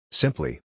Simply